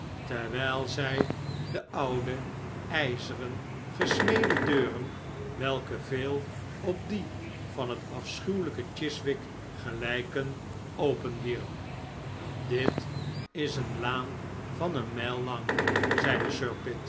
terwijl zij de oude ijzeren gesmede deuren welke veel op die van het afschuwelijke chiswick gelijken openwierp dit is een laan van een mijl lang zeide sir